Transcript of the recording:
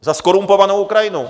Za zkorumpovanou Ukrajinu!